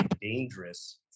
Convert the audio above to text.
dangerous